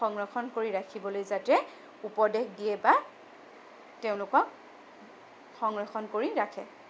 সংৰক্ষণ কৰি ৰাখিবলৈ যাতে উপদেশ দিয়ে বা তেওঁলোকক সংৰক্ষণ কৰি ৰাখে